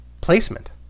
placement